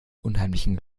unheimlichen